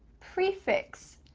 prefix.